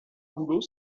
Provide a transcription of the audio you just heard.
rouleau